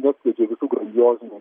neatskleidžia visų grandiozinį